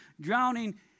drowning